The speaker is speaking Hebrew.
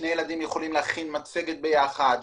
שני ילדים יכולים להכין מצגת ביחד,